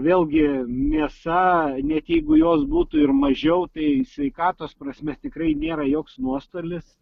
vėlgi mėsa net jeigu jos būtų ir mažiau tai sveikatos prasme tikrai nėra joks nuostolis